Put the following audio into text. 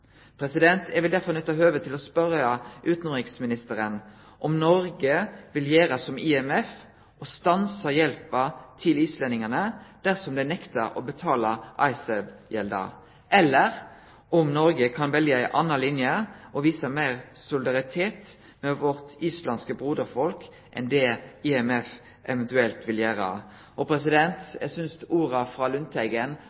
vil derfor nytte høvet til å spørje utanriksministeren om Noreg vil gjere som IMF og stanse hjelpa til islendingane dersom dei nektar å betale Icesave-gjelda, eller om Noreg kan velje ei anna linje og vise meir solidaritet med vårt islandske broderfolk enn det IMF eventuelt vil